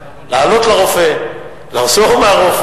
היה יותר פשוט לעלות לרופא, לחזור מהרופא.